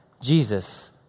Jesus